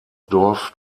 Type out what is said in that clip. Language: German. dorf